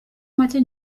make